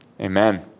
amen